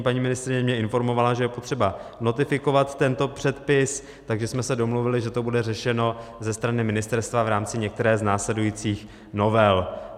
Paní ministryně mě informovala, že je potřeba notifikovat tento předpis, takže jsme se domluvili, že to bude řešeno ze strany ministerstva v rámci některé z následujících novel.